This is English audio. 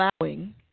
allowing